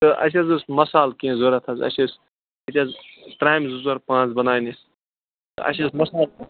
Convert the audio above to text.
تہٕ اَسہِ حظ اوس مسالہٕ کیٚنہہ ضوٚرَتھ اَسہِ ٲسۍ ترامہِ زٕ ژور پانٛژھ بناونہِ تہٕ اَسہِ ٲسۍ مسال